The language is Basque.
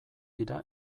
dira